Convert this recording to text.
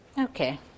Okay